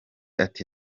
ati